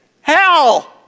Hell